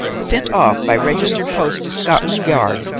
sent off by registered post to scotland yard,